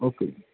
okay ਜੀ